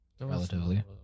relatively